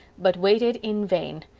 but waited in vain.